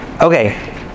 Okay